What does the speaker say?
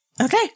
Okay